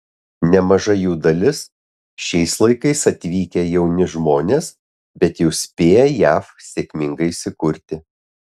nemaža jų dalis šiais laikais atvykę jauni žmonės bet jau spėję jav sėkmingai įsikurti